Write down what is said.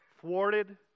thwarted